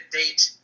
date